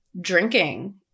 drinking